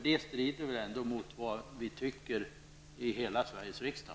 Det strider väl ändå mot vad vi tycker i hela Sveriges riksdag.